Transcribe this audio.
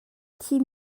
thi